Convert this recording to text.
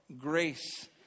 grace